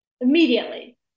immediately